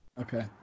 Okay